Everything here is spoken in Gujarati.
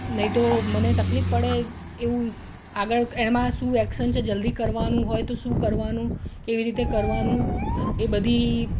નહીં તો મને તકલીફ પડે એવું આગળ એમાં શું એક્શન છે જલ્દી કરવાનું હોય તો શું કરવાનું કેવી રીતે કરવાનું એ બધી